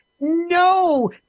no